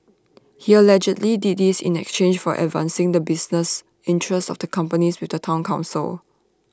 he allegedly did this in exchange for advancing the business interests of the companies with the Town Council